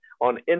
on